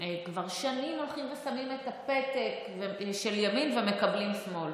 כבר שנים הולכים ושמים את הפתק של ימין ומקבלים שמאל.